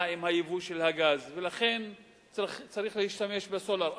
עם ייבוא הגז ולכן צריך להשתמש בסולר,